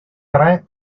tre